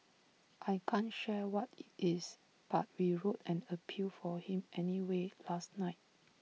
I can't share what IT is but we wrote an appeal for him anyway last night